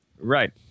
Right